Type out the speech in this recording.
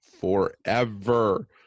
forever